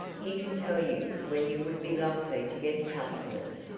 he can tell you where you would be likely to get customers.